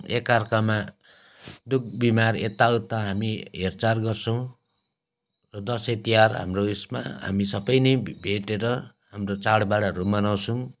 एकाअर्कामा दुःख बिमार यताउता हामी हेरचार गर्छौँ र दसैँ तिहार हाम्रो उवेसमा हामी सबै नै भेटेर हाम्रो चाडबाडहरू मनाउँछौँ